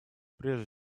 прежде